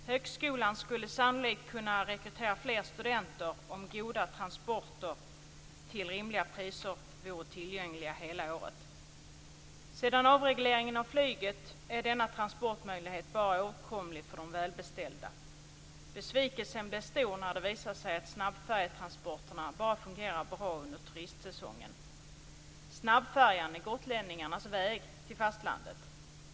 Högskolan skulle sannolikt kunna rekrytera fler studenter om goda transporter till rimliga priser vore tillgängliga hela året. Sedan avregleringen av flyget är denna transportmöjlighet bara åtkomlig för de välbeställda. Besvikelsen blev stor när det visade sig att snabbfärjetransporterna bara fungerar bra under turistsäsongen. Snabbfärjan är gotlänningarnas väg till fastlandet.